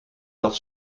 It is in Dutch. dat